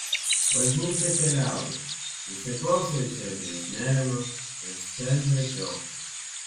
bažnyčia keliauja įsiklauso į širdies nerimą ir skelbia džiaugsmą